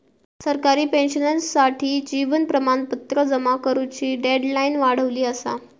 सरकारी पेंशनर्ससाठी जीवन प्रमाणपत्र जमा करुची डेडलाईन वाढवली असा